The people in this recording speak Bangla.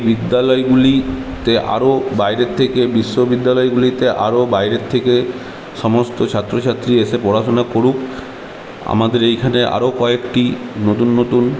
এই বিদ্যালয়গুলিতে আরো বাইরের থেকে বিশ্ববিদ্যালয়গুলিতে আরো বাইরের থেকে সমস্ত ছাত্রছাত্রী এসে পড়াশোনা করুক আমাদের এইখানে আরো কয়েকটি নতুন নতুন